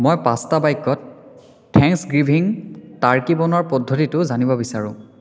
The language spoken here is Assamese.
মই পাঁচটা বাক্যত থেংকচ গিভিং টাৰ্কি বনোৱাৰ পদ্ধতিটো জানিব বিচাৰোঁ